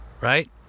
right